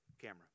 camera